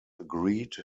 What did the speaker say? agreed